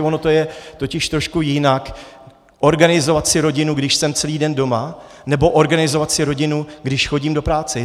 Ono je to totiž trošku jinak, organizovat si rodinu, když jsem celý den doma, nebo organizovat si rodinu, když chodím do práce.